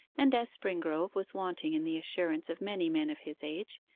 and as springrove was wanting in the assurance of many men of his age,